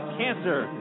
cancer